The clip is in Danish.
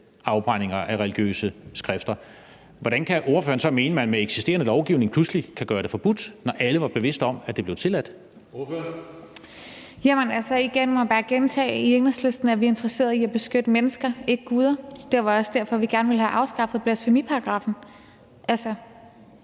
afbrændinger af religiøse skrifter. Hvordan kan ordføreren så mene, at man med eksisterende lovgivning pludselig kan gøre det forbudt, når alle var bevidste om, at det blev tilladt? Kl. 20:15 Tredje næstformand (Karsten Hønge): Ordføreren. Kl. 20:15 Rosa Lund (EL): Jamen jeg må bare gentage, at i Enhedslisten er vi interesseret i at beskytte mennesker, ikke guder. Det var også derfor, at vi gerne ville have afskaffet blasfemiparagraffen. Jeg